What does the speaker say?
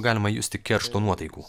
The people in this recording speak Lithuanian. galima justi keršto nuotaikų